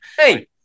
hey